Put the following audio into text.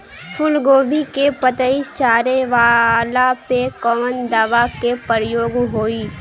फूलगोभी के पतई चारे वाला पे कवन दवा के प्रयोग होई?